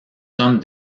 sommes